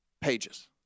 pages